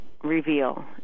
Reveal